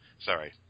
sorry